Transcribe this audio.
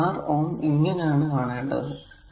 ഇതിൽ ഈ RΩ ആണ് കണ്ടെത്തേണ്ടത്